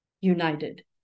united